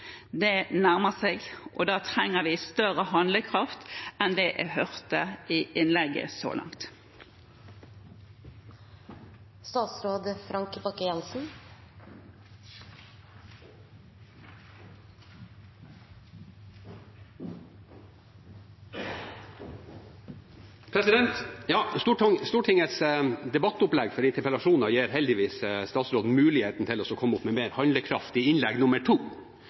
Det nærmer seg, og da trenger vi større handlekraft enn det jeg hørte i innlegget. Stortingets debattopplegg for interpellasjoner gir heldigvis statsråden mulighet til å komme med et mer handlekraftig innlegg nummer to.